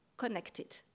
connected